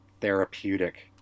therapeutic